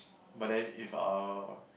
but then if uh